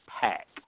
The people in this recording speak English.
pack